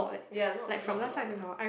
ya not not a lot lah